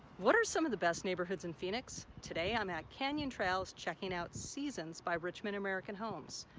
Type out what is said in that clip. what are some of the best neighborhoods in phoenix? today i'm at canyon trails checking out seasons by richmond american homes.